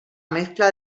mescla